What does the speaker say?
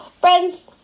Friends